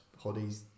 hoodies